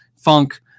funk